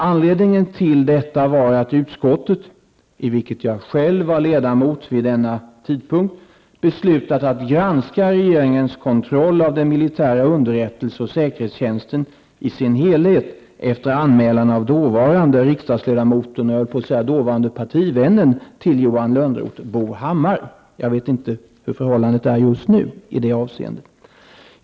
Anledningen till detta var att utskottet, i vilket jag själv var ledamot vid denna tidpunkt, beslutat att granska regeringens kontroll av den militära underrättelse och säkerhetstjänsten i sin helhet efter anmälan av dåvarande riksdagsledamoten -- och dåvarande partivännen till Johan Lönnroth, höll jag på att säga; jag vet inte hur det förhåller sig med det just nu -- Bo Hammar.